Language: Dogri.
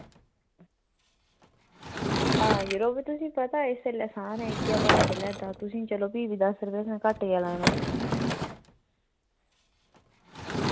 हां यरो पर तुसेंगी पता इस बेल्लै सारै इ'यै भाऽ चला दा तुसेंगी चलो फ्ही बी दस रपेऽ घट्ट गै लाना